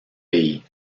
pays